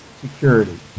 security